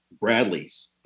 Bradley's